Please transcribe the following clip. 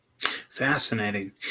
Fascinating